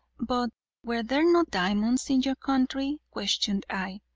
but were there no diamonds in your country? questioned i.